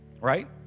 Right